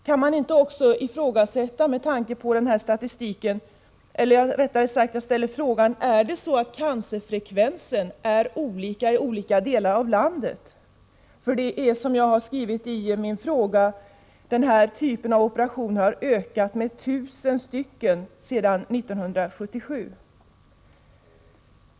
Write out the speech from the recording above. Jag vill också ställa följande fråga: Är cancerfrekvensen olika i skilda delar av landet? Som jag har skrivit i min fråga har denna typ av operationer ökat med 1 000 sedan 1977.